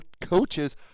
coaches